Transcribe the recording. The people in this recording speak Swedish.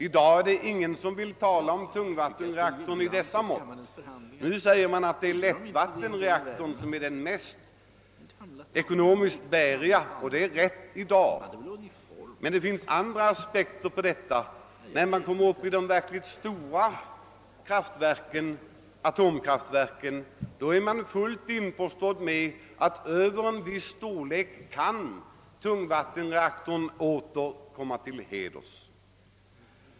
I dag är det ingen som vill höra talas om tungvattenreaktorer av denna storlek. Nu säger man att det är lättvattenreaktorn som är den ekonomiskt mest bärkraftiga. Men det finns andra aspekter på detta. När man kommer upp till de verkligt stora atomkraftverken är man fullt införstådd med att tungvattenreaktorer över en viss storlek åter kan komma till heders.